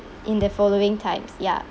in the following times ya